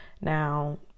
now